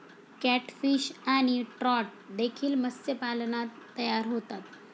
catfish आणि trout देखील मत्स्यपालनात तयार होतात